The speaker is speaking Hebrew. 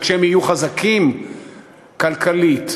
וכשהם יהיו חזקים כלכלית,